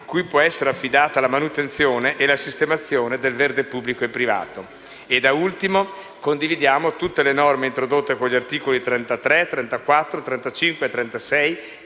cui può essere affidata la manutenzione e la sistemazione del verde pubblico e privato. Da ultimo, condividiamo tutte le norme introdotte con gli articoli 33, 34, 35 e 36,